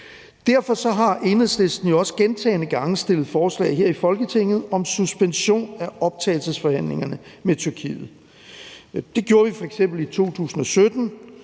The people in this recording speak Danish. Derfor har Enhedslisten også gentagne gange fremsat forslag her i Folketinget om suspension af optagelsesforhandlingerne med Tyrkiet. Det gjorde vi f.eks. i 2017